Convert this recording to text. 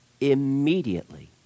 Immediately